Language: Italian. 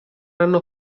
hanno